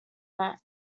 max